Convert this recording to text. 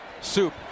Soup